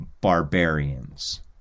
barbarians